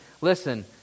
listen